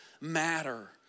matter